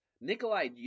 Nikolai